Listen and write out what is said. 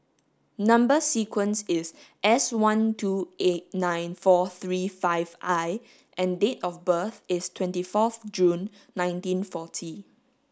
number sequence is S one two eight nine four three five I and date of birth is twenty fourth June nineteen forty